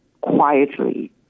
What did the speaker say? quietly